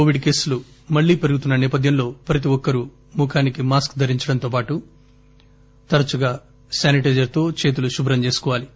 Covid కేసులు మళ్లీ పెరుగుతున్న సేపథ్యంలో ప్రతి ఒక్కరూ ముఖానికి మాస్క్ ధరించడంతో పాటు తరచుగా శానిటైజర్ తో చేతులు శుభ్రం చేసుకోవాలి